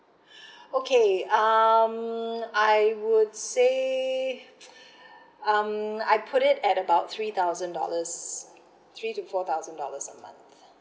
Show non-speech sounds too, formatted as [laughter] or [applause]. [breath] okay um I would say [breath] um I put it at about three thousand dollars three to four thousand dollars a month